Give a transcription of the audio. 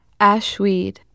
Ashweed